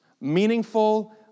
Meaningful